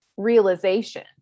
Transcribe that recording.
realization